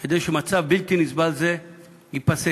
כדי שמצב בלתי נסבל זה ייפסק.